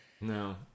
No